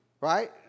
right